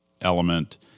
element